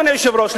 אדוני היושב-ראש,